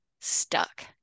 stuck